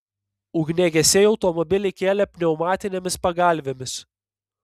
ugniagesiai automobilį kėlė pneumatinėmis pagalvėmis